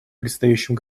предстоящем